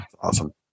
Awesome